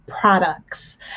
products